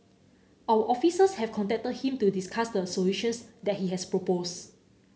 our officers have contacted him to discuss the solutions that he has proposed